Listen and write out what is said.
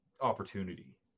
opportunity